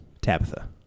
Tabitha